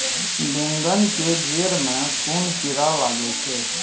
बेंगन के जेड़ में कुन कीरा लागे छै?